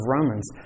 Romans